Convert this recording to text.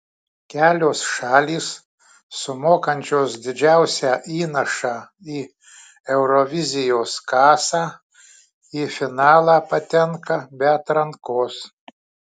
kelios šalys sumokančios didžiausią įnašą į eurovizijos kasą į finalą patenka be atrankos